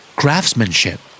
craftsmanship